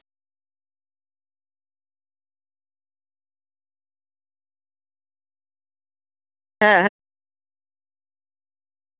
ᱦᱮᱸ